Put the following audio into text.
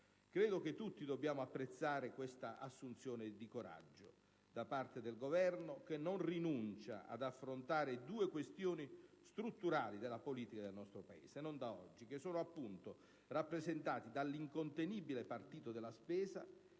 Credo che tutti dobbiamo apprezzare questa assunzione di coraggio da parte del Governo, che non rinuncia ad affrontare due questioni strutturali della politica del nostro Paese (e non da oggi), che sono appunto rappresentate dall'incontenibile partito della spesa,